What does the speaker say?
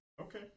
Okay